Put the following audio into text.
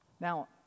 Now